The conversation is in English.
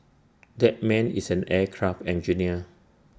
that man is an aircraft engineer